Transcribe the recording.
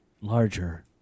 larger